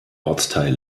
ortsteil